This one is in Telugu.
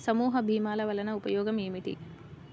సమూహ భీమాల వలన ఉపయోగం ఏమిటీ?